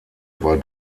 war